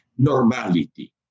Normality